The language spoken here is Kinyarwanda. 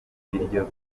ibiryo